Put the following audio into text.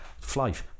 Flight